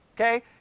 Okay